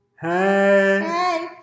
Hey